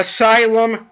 Asylum